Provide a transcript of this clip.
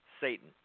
Satan